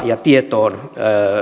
tietoon